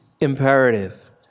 imperative